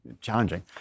challenging